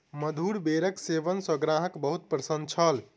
मधुर बेरक सेवन सॅ ग्राहक बहुत प्रसन्न छल